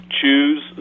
choose